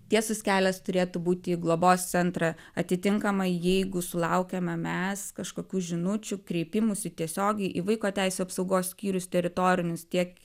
tiesus kelias turėtų būti į globos centrą atitinkamai jeigu sulaukiame mes kažkokių žinučių kreipimųsi tiesiogiai į vaiko teisių apsaugos skyrius teritorinius tiek